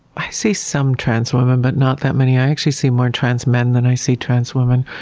i see some trans women, but not that many. i actually see more trans men than i see trans women,